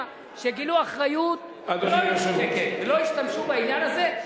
שגילו אחריות ולא השתמשו בעניין הזה,